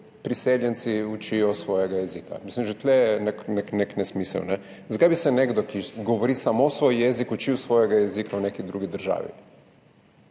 priseljenci učijo svojega jezika. Že tu je nek nesmisel. Zakaj bi se nekdo, ki govori samo svoj jezik, učil svojega jezika v neki drugi državi?